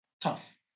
tough